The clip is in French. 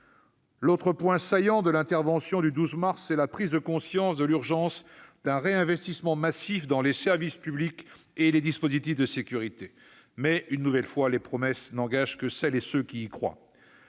L'autre point saillant de l'intervention du 12 mars concerne la prise de conscience de l'urgence d'un réinvestissement massif dans les services publics et les dispositifs de sécurité. Mais, une nouvelle fois, les promesses n'engagent que celles et ceux qui y croient.